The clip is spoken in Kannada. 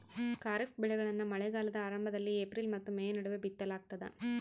ಖಾರಿಫ್ ಬೆಳೆಗಳನ್ನ ಮಳೆಗಾಲದ ಆರಂಭದಲ್ಲಿ ಏಪ್ರಿಲ್ ಮತ್ತು ಮೇ ನಡುವೆ ಬಿತ್ತಲಾಗ್ತದ